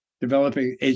developing